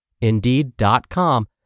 Indeed.com